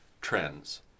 trends